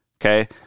Okay